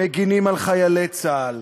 מגינים על חיילי צה"ל,